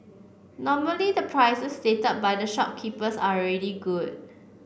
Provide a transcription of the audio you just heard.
normally the prices stated by the shopkeepers are already good